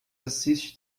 assiste